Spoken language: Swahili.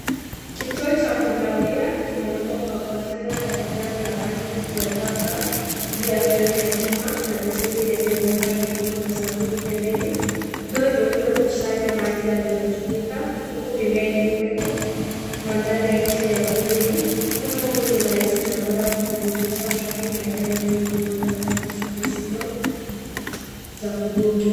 Kituo cha kunawia kimeundwa kwa konteina la kijani la maji ya Zam Zam juu ya sehemu ya chuma, na beseni lenye bomba jekundu na sabuni; pembeni ndoo nyeupe hukusanya maji yaliyotumika, huku mimea ikiweko, manthari ya nje ya utulivu. Mfumo huu ni rahisi na bora kwa kudumisha usafi katika maeneo yenye huduma za maji zisizo za kudumu.